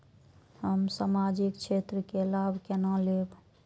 हम सामाजिक क्षेत्र के लाभ केना लैब?